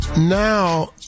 Now